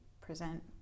present